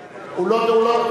כאשר היא עדיין לא נתקבלה?